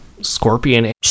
Scorpion